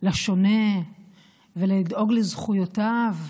לשונה ולדאוג לזכויותיו.